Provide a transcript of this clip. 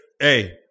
hey